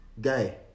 guy